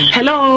Hello